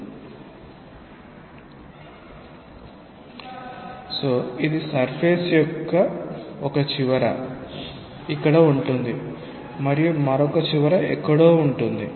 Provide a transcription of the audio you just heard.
కాబట్టి ఇది సర్ఫేస్ యొక్క ఒక చివర ఇ క్కడ ఉంటుంది మరియు మరొక చివర ఇక్కడ ఎక్కడో ఉంటుంది